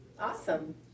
awesome